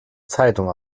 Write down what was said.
zeitung